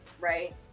right